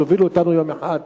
תוביל אותנו יום אחד,